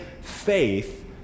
faith